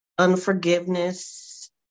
Unforgiveness